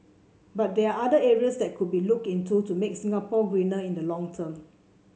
but there are other areas that could be looked into to make Singapore greener in the long term